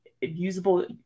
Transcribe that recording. usable